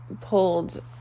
pulled